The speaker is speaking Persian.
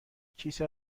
کیسه